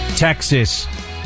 Texas